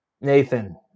Nathan